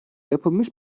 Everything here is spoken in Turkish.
yapılmış